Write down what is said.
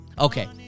Okay